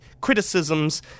criticisms